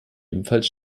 ebenfalls